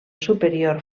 superior